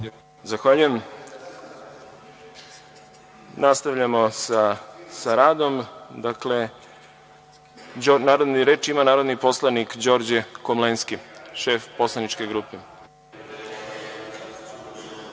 Zahvaljujem. Nastavljamo sa radom. Reč ima narodni poslanik Đorđe Komlenski, šef poslaničke